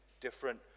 Different